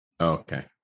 Okay